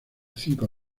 cinco